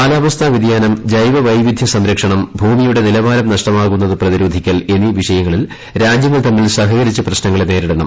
കാലാവസ്ഥ വൃതിയാനം ജൈവ വൈവിധ്യം സംരക്ഷിക്കുക ഭൂമിയുടെ നിലവാരം നഷ്ടമാകുന്നത് പ്രതിരോധിക്കുക എന്നീ വിഷയങ്ങളിൽ രാജ്യങ്ങൾ തമ്മിൽ സഹകരിച്ച് പ്രശ്നങ്ങളെ നേരിടണം